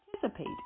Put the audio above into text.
Participate